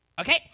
Okay